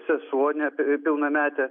sesuo ne pilnametė